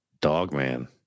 Dogman